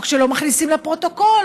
או כשלא מכניסים לפרוטוקול,